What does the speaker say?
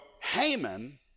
Haman